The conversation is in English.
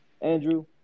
andrew